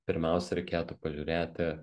pirmiausia reikėtų pažiūrėti